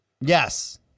Yes